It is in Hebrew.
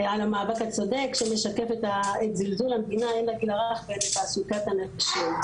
על המאבק הצודק שמשקף את זלזול המדינה הן לגיל הרך והן לתעסוקת הנשים.